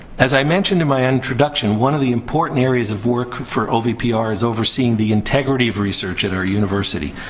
as i mentioned in my introduction, one of the important areas of work for ovpr is overseeing the integrity of research at our university.